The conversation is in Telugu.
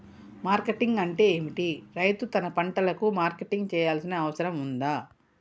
మార్కెటింగ్ అంటే ఏమిటి? రైతు తన పంటలకు మార్కెటింగ్ చేయాల్సిన అవసరం ఉందా?